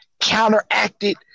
counteracted